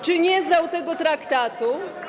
Czy nie znał tego traktatu?